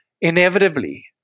Inevitably